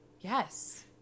Yes